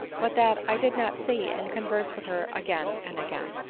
but that i did not see and converse with her again and again.